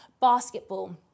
basketball